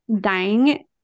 dying